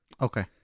Okay